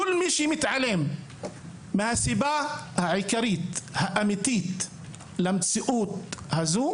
מתעלמים מהסיבה העיקרית והאמיתית למציאות הזאת.